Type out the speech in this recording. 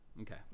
Okay